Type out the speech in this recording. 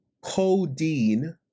codeine